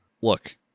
Look